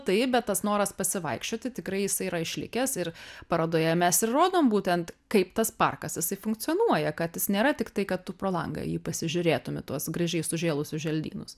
taip bet tas noras pasivaikščioti tikrai jisai yra išlikęs ir parodoje mes ir rodom būtent kaip tas parkas jisai funkcionuoja kad jis nėra tiktai kad tu pro langą jį pasižiūrėtum į tuos gražiai sužėlusius želdynus